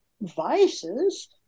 vices